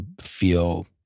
feel